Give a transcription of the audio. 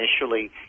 initially